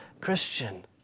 Christian